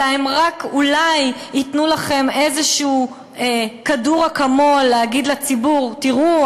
אלא הן רק אולי ייתנו לכם איזה כדור אקמול להגיד לציבור: תראו,